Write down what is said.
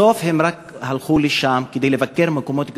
בסוף הם רק הלכו לשם כדי לבקר מקומות קדושים,